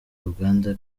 uganda